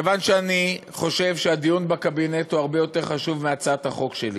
מכיוון שאני חושב שהדיון בקבינט הוא הרבה יותר חשוב מהצעת החוק שלי,